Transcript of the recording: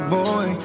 boy